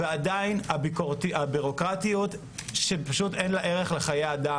ועדיין, הבירוקרטיה שפשוט אין לה ערך לחיי אדם.